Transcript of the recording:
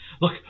Look